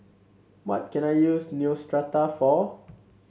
what can I use Neostrata for